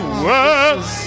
words